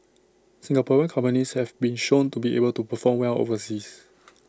Singaporean companies have been shown to be able to perform well overseas